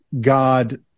God